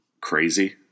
crazy